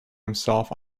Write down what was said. himself